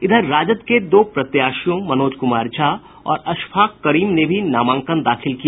इधर राजद के दो प्रत्याशियों मनोज कुमार झा और अशफाक करीम ने भी नामांकन दाखिल किया